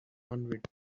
hundred